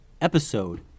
episode